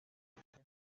españa